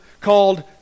called